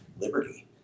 Liberty